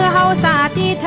da da da